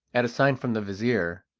at a sign from the vizir,